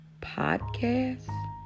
Podcast